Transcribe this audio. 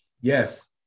Yes